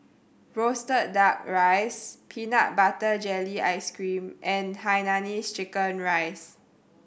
roasted Duck Rice peanut butter jelly ice cream and hainanese chicken rice